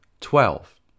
Twelve